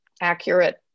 accurate